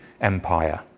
Empire